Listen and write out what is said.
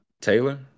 Taylor